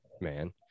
man